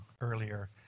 earlier